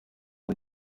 ont